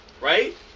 right